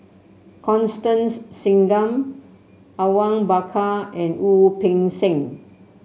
Constance Singam Awang Bakar and Wu Peng Seng